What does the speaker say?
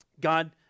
God